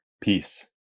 Peace